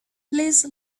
please